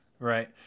Right